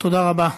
תודה רבה.